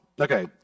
Okay